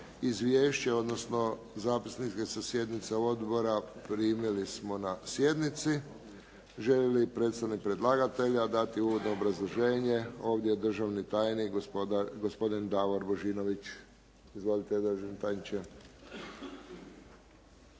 Izvješće odnosno zapisnike sa sjednica odbora primili smo na sjednici. Želi li predstavnik predlagatelja dati uvodno obrazloženje? Ovdje je državni tajnik gospodin Davor Božinović. Izvolite državni tajniče.